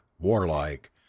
warlike